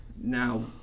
Now